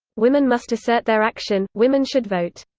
women must assert their action, women should vote.